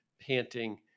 panting